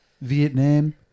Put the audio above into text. Vietnam